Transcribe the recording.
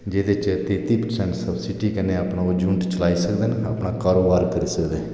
जेहदे च तैती परसैंट सबसिडी कन्नै अपना यूनिट चलाई सकदे न अपना कारोबार करी सकदे न